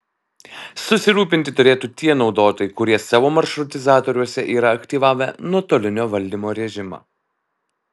susirūpinti turėtų tie naudotojai kurie savo maršrutizatoriuose yra aktyvavę nuotolinio valdymo režimą